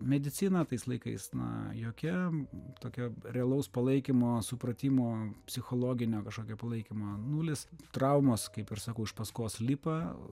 medicina tais laikais na jokia tokio realaus palaikymo supratimo psichologinio kažkokio palaikymo nulis traumos kaip ir sakau iš paskos lipa